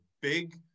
big